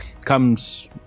comes